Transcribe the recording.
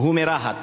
הוא מרהט,